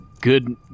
good